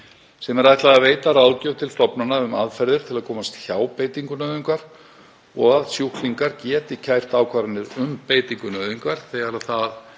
sem er ætlað að veita ráðgjöf til stofnana um aðferðir til að komast hjá beitingu nauðungar og að sjúklingar geti kært ákvarðanir um beitingu nauðungar þegar það